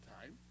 time